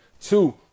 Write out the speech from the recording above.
Two